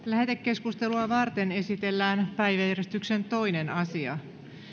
lähetekeskustelua varten esitellään päiväjärjestyksen toinen asia